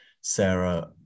Sarah